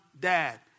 dad